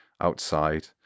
outside